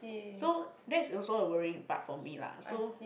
so that's also a worrying part for me lah so